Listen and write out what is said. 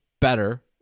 better